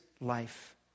life